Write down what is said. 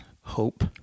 hope